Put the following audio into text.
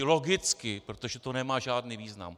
Logicky, protože to nemá žádný význam.